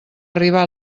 arribar